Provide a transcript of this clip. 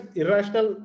irrational